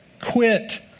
quit